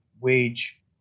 wage